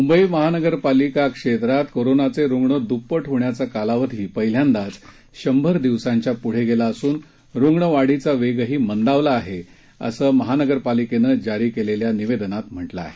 मुंबई महानगरपालिका क्षेत्रात कोरोनाचे रुग्ण दुप्पट होण्याचा कालावधी पहिल्यांदाच शंभर दिवसांच्या पुढे गेला असून रुग्ण वाढीचा वेगही मंदावला आहे असं महानगरपालिकेनं जारी केलेल्या निवेदनात म्हटलं आहे